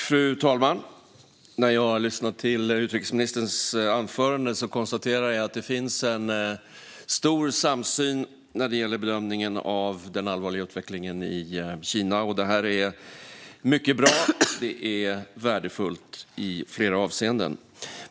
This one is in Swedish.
Fru talman! När jag lyssnade på utrikesministerns anförande konstaterade jag att det finns en stor samsyn när det gäller bedömningen av den allvarliga utvecklingen i Kina. Det är mycket bra. Det är värdefullt i flera avseenden.